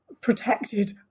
protected